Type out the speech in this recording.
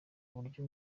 buryo